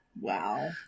Wow